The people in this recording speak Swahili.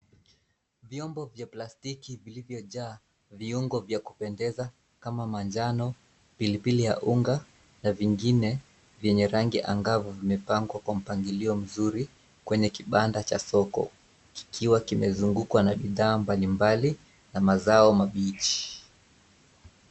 Vyombo vya plastiki vilivyo jaa viongo vya kupendeza kama manjano, pilipili ya unga na vingine vyenye rangi angavu vimepangwa kwa mpangilio mzuri kwenye kibanda cha soko, kikiwa kimezungkwa na bidhaa mbalimbali na mazao mabichi.